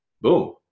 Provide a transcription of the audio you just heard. Boom